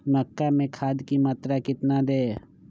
मक्का में खाद की मात्रा कितना दे?